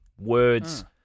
Words